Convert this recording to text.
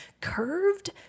Curved